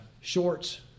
shorts